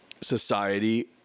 society